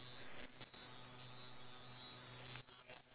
do you think a lot of people are loyal nowadays